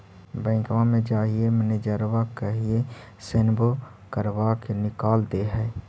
बैंकवा मे जाहिऐ मैनेजरवा कहहिऐ सैनवो करवा के निकाल देहै?